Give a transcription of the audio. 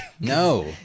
No